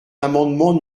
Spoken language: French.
l’amendement